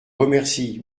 remercie